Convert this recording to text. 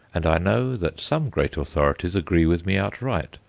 and i know that some great authorities agree with me outright,